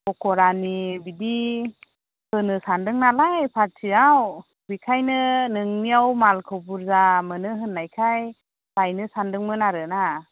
फख'रानि बिदि होनो सानदों नालाय फारटियाव बेखायनो नोंनियाव मालखौ बुरजा मोनो होन्नायखाय लायनो सानदोंमोन आरो ना